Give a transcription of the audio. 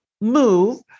move